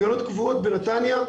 הגנות קבועות בנתניה,